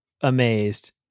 amazed